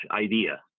idea